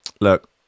Look